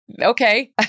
okay